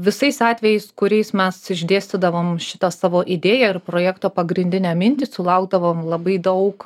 visais atvejais kuriais mes išdėstydavom šitą savo idėją ir projekto pagrindinę mintį sulaukdavom labai daug